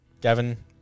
Gavin